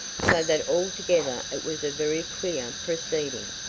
so that altogether it was a very queer proceeding.